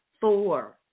four